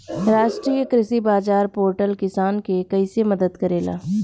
राष्ट्रीय कृषि बाजार पोर्टल किसान के कइसे मदद करेला?